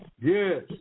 Yes